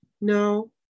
no